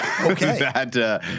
Okay